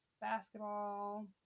basketball